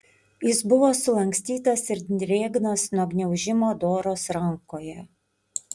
jis buvo sulankstytas ir drėgnas nuo gniaužimo doros rankoje